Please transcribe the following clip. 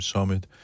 Summit